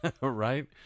right